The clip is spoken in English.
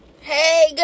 Hey